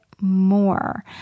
more